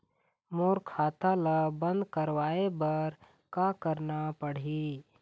मोर खाता ला बंद करवाए बर का करना पड़ही?